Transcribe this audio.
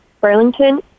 Burlington